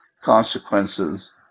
consequences